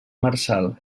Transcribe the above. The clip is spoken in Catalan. marçal